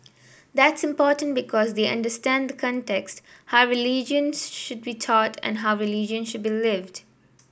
that's important because they understand the context how religion should be taught and how religion should be lived